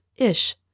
-ish